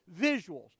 visuals